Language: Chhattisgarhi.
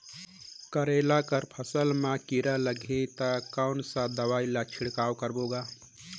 करेला कर फसल मा कीरा लगही ता कौन सा दवाई ला छिड़काव करबो गा?